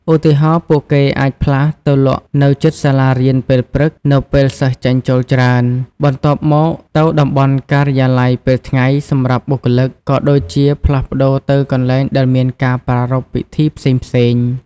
ឧទាហរណ៍ ពួកគេអាចផ្លាស់ទៅលក់នៅជិតសាលារៀនពេលព្រឹក នៅពេលសិស្សចេញចូលច្រើន បន្ទាប់មកទៅតំបន់ការិយាល័យពេលថ្ងៃសម្រាប់បុគ្គលិក ក៏ដូចជាផ្លាស់ទៅកន្លែងដែលមានការប្រារព្ធពិធីផ្សេងៗ។